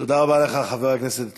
תודה רבה לך, חבר הכנסת בהלול.